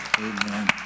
Amen